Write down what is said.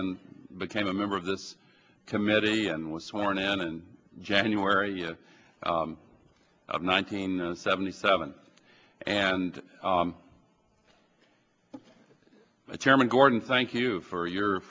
then became a member of this committee and was sworn in in january of nineteen seventy seven and the chairman gordon thank you for your